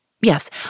Yes